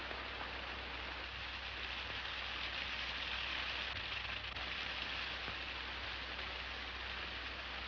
it's